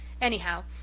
Anyhow